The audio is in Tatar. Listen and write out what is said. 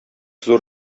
зур